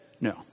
no